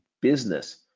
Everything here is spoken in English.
business